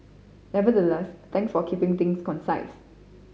nevertheless thanks for keeping things concise